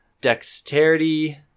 dexterity